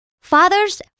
father's